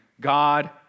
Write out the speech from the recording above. God